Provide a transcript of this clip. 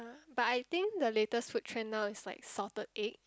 but I think the latest food trend now is like salted egg